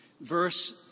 verse